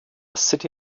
city